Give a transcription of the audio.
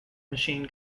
machine